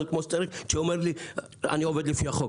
כמו שצריך כשאתה אומר לי שאתה עובד לפי החוק.